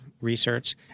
research